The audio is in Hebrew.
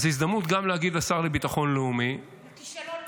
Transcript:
אז זאת הזדמנות גם להגיד לשר לביטחון לאומי -- לכישלון לאומי.